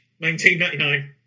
1999